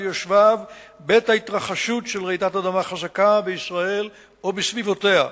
יושביו בעת התרחשות רעידת אדמה חזקה בישראל או בסביבותיה.